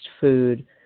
food